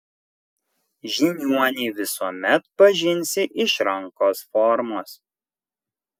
žiniuonį visuomet pažinsi iš rankos formos